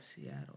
Seattle